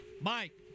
Mike